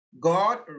God